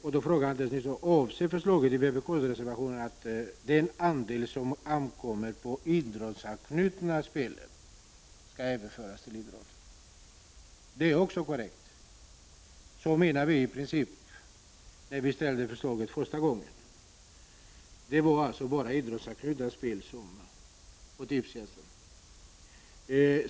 Själva frågan hade lydelsen: Avser förslaget i vpk-reservationen att den andel som ankommer på idrottsanknutna spel skall överföras till idrotten? Det är också korrekt. Det menade vi i princip när vi ställde förslaget första gången. Det var alltså bara fråga om idrottsanknutna spel inom AB Tipstjänst.